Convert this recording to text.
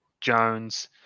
Jones